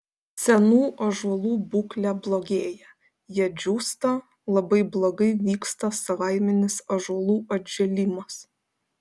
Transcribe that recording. senų ąžuolų būklė blogėja jie džiūsta labai blogai vyksta savaiminis ąžuolų atžėlimas